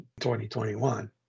2021